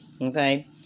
okay